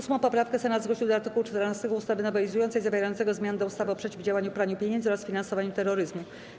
8. poprawkę Senat zgłosił do art. 14 ustawy nowelizującej zawierającego zmiany do ustawy o przeciwdziałaniu praniu pieniędzy oraz finansowaniu terroryzmu.